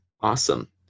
awesome